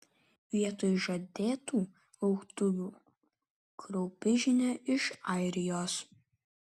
vietoj žadėtų lauktuvių kraupi žinia iš airijos